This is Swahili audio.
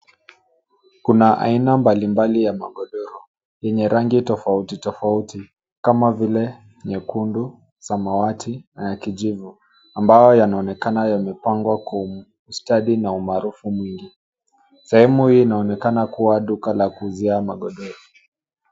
Kuna aina mbalimbali ya magodoro yenye rangi tofauti tofauti kama vile nyekundu samawati na ya kijivu ambayo yanaonekana yamepangwa kwa ustadi na umakinifu mwingi sehemu inaonekana kuwa duka la kuuzia magodoro.